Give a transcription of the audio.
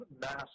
mass